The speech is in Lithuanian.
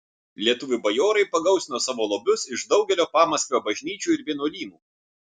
lietuvių bajorai pagausino savo lobius iš daugelio pamaskvio bažnyčių ir vienuolynų